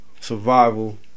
survival